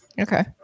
Okay